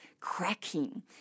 cracking